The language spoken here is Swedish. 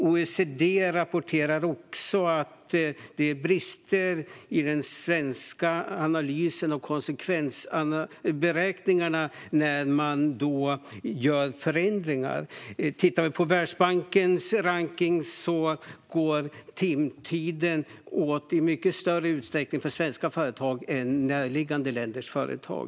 OECD rapporterar också att det finns brister i den svenska analysen och konsekvensberäkningarna när man gör förändringar. Om vi tittar på Världsbankens rankning ser vi att det i mycket större utsträckning går åt tid för detta i svenska företag än i närliggande länders företag.